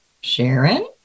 Sharon